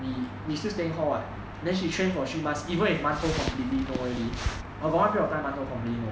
we we stay in hall [what] then she trained for three months even if 馒头 completely know already err got one period of time 馒头 completely know